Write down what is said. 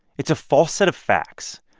it's a false set of facts.